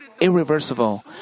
irreversible